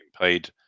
paid